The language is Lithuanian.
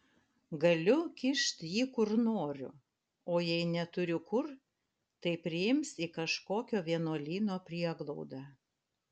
galiu kišt jį kur noriu o jei neturiu kur tai priims į kažkokio vienuolyno prieglaudą